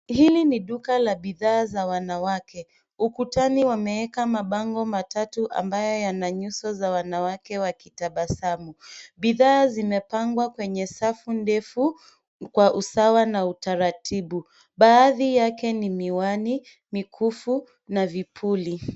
Hili ni duka la bidhaa za wanawake. Ukutani wameweka mabango matatu ambayo yana nyuso za wanawake wakitabasamu. Bidhaa zimepangwa kwenye safu ndefu kwa usawa na utaratibu. Baadhi yake ni miwani, mikufu na vipuli.